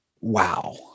wow